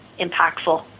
impactful